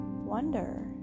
Wonder